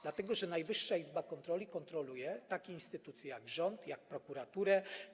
Dlatego że Najwyższa Izba Kontroli kontroluje takie instytucje jak rząd, jak prokuratura.